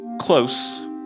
close